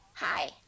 Hi